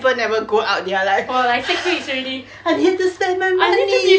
people never go out they're like I need to spend my money